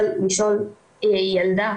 של לשאול ילדה,